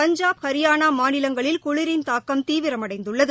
பஞ்சாப் ஹரியானா மாநிலங்களில் குளிரின் தாக்கம் தீவிரமடைந்துள்ளது